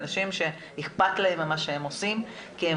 אנשים שאכפת להם ממה שהם עושים כי הם